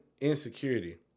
insecurity